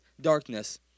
darkness